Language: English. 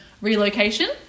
relocation